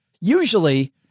Usually